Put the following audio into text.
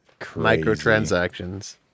Microtransactions